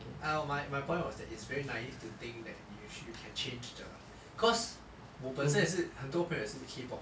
well my my point was that it's very naive to think that you should you can change the cause 我本身也是很多朋友也是 into K pop